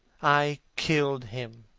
i killed him.